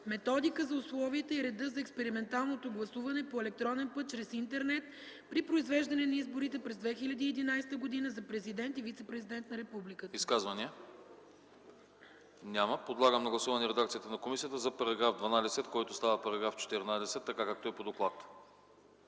методика за условията и реда за експерименталното гласуване по електронен път чрез интернет при произвеждане на изборите през 2011 г. за президент и вицепрезидент на републиката.” ПРЕДСЕДАТЕЛ АНАСТАС АНАСТАСОВ: Изказвания? Няма. Подлагам на гласуване редакцията на комисията за § 12, който става § 14, така както е по доклада.